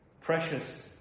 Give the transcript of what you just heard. precious